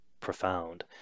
profound